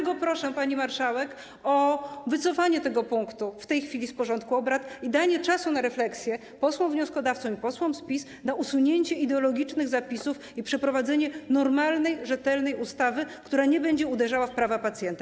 Dlatego proszę, pani marszałek, o wycofanie tego punktu w tej chwili z porządku obrad i danie czasu na refleksję posłom wnioskodawcom i posłom z PiS, na usunięcie ideologicznych zapisów i przeprowadzanie normalnej, rzetelnej ustawy, która nie będzie uderzała w prawa pacjenta.